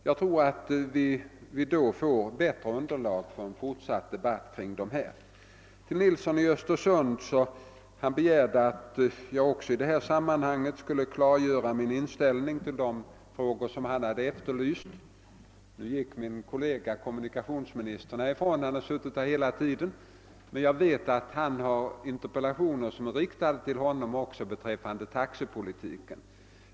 Jag tror att vi då får ett bättre underlag för en fortsatt debatt om dessa frågor. Herr Nilsson i Östersund begärde att jag i detta sammanhang skulle klargöra min inställning i de frågor där han hade efterlyst besked. Min kollega kommunikationsministern, som har suttit här sedan debatten började, gick tyvärr just härifrån. Jag vet att interpellationer har riktats till honom beträffande taxepolitiken.